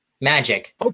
magic